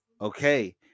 okay